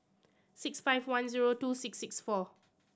six five one zero two six six four